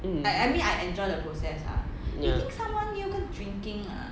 mm ya